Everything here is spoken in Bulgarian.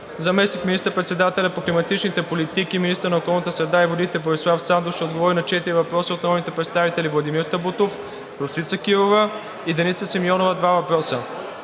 Заместник министър-председателят по климатични политики и министър на околната среда и водите Борислав Сандов ще отговори на четири въпроса от народните представители Владимир Табутов; Росица Кирова; и Деница Симеонова – два въпроса.